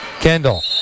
Kendall